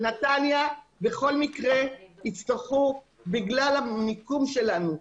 בנתניה בכל מקרה בגלל המיקום שלנו,